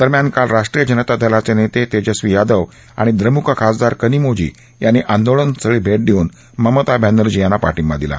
दरम्यान काल राष्ट्रीय जनता दलाचे नेते तेजस्वी यादव आणि द्रमुक खासदार कनीमोझी यांनी आंदोलनस्थळी भेट देऊन ममता बॅनर्जी यांना पाठिंबा दिला